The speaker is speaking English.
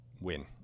win